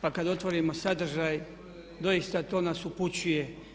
Pa kad otvorimo sadržaj doista to nas upućuje.